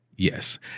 Yes